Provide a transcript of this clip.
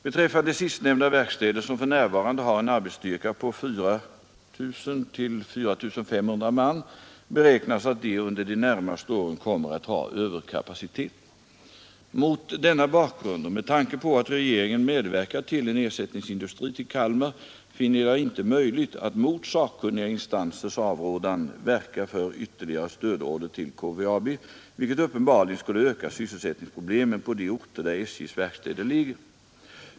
Beträffande sistnämnda verkstäder, som för närvarande har en arbetsstyrka på 4 000—4 500 man, beräknas att de under de närmaste åren kommer att ha överkapacitet. Mot denna bakgrund och med tanke på att regeringen medverkat till en ersättningsindustri till Kalmar finner jag det inte möjligt att mot sakkunniga instansers avrådan verka för ytterligare stödorder till KVAB, vilket uppenbarligen skulle öka sysselsättningsproblemen på de orter där SJ:s verkstäder ligger.